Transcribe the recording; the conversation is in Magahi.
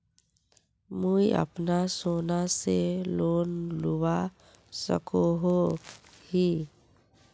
मुई अपना सोना से लोन लुबा सकोहो ही?